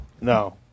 No